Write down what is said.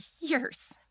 years